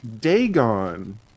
Dagon